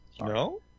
No